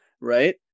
right